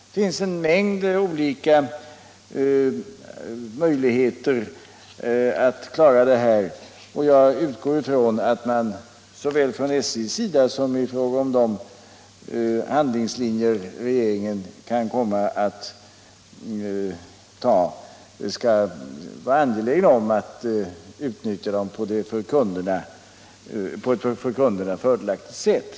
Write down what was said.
Det finns en mängd olika möjligheter att klara detta. Jag utgår från att SJ, lika väl som vi inom regeringen, vid uppdragandet av handlingslinjerna skall finna det angeläget att utnyttja de möjligheterna på ett för kunden fördelaktigt sätt.